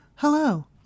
Hello